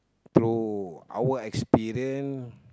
through our experience